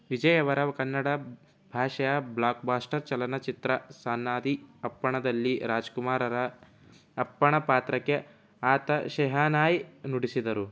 ವಿಜಯ್ ಅವರ ಕನ್ನಡ ಭಾಷೆಯ blockbuster ಚಲನಚಿತ್ರ ಸನಾದಿ ಅಪ್ಪಣ್ಣದಲ್ಲಿ ರಾಜ್ಕುಮಾರರ ಅಪ್ಪಣ್ಣ ಪಾತ್ರಕ್ಕೆ ಆತ ಶೆಹನಾಯ್ ನುಡಿಸಿದರು